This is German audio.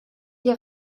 die